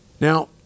Now